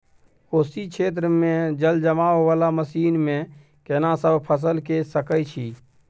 कोशी क्षेत्र मे जलजमाव वाला जमीन मे केना सब फसल के सकय छी?